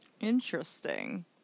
Interesting